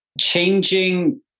changing